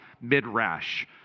Midrash